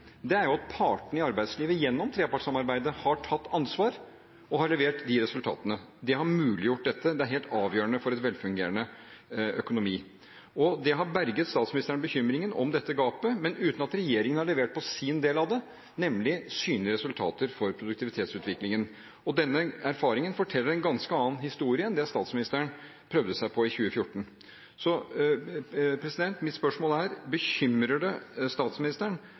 er at partene i arbeidslivet gjennom trepartssamarbeidet har tatt ansvar og har levert resultater. Det har muliggjort dette. Det er helt avgjørende for en velfungerende økonomi, og det har berget statsministeren fra bekymringen over dette gapet, men uten at regjeringen har levert på sin del av det, nemlig synlige resultater for produktivitetsutviklingen. Denne erfaringen forteller en ganske annen historie enn den statsministeren prøvde seg på i 2014. Mitt spørsmål er: Bekymrer det statsministeren